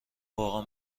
واقعا